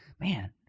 man